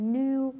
new